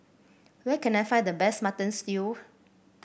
where can I find the best Mutton Stew